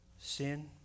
sin